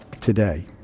today